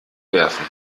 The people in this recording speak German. werfen